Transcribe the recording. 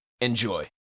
Enjoy